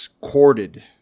corded